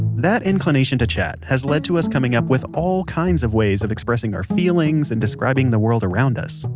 that inclination to chat has led to us coming up with all kinds of ways of expressing our feelings, and describing the world around us.